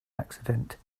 accident